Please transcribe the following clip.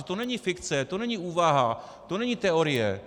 To není fikce, to není úvaha, to není teorie.